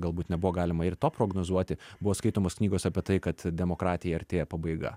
galbūt nebuvo galima ir to prognozuoti buvo skaitomos knygos apie tai kad demokratijai artėja pabaiga